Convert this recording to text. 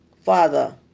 Father